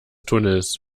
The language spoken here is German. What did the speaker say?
tunnels